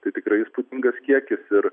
tai tikrai įspūdingas kiekis ir